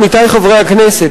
עמיתי חברי הכנסת,